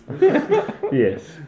Yes